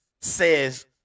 says